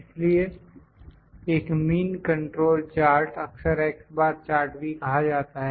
इसलिए एक mean control chart अक्सर x बार चार्ट भी कहा जाता है